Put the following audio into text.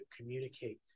communicate